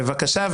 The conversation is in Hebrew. בבקשה.